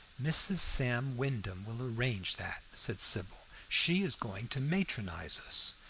mrs. sam wyndham will arrange that, said sybil. she is going to matronize us.